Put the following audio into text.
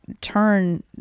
turn